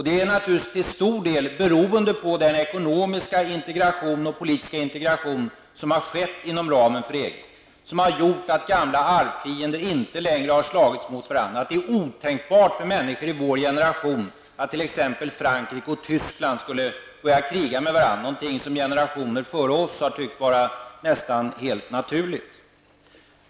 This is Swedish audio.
Det är naturligtvis till stor del beroende på den ekonomiska och politiska integration som har skett inom ramen för EG och som har gjort att gamla arvfiender inte längre har slagits mot varandra, att det är otänkbart för människor i vår generation att t.ex. Frankrike och Tyskland skulle börja kriga med varandra, någonting som generationer före oss har tyckt vara nästan helt naturligt.